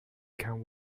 can